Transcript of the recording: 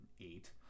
eight